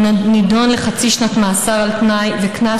הוא נידון לחצי שנת מאסר על תנאי וקנס